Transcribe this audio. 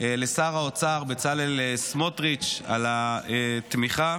לשר האוצר בצלאל סמוטריץ' על התמיכה,